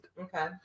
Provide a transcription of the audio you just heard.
Okay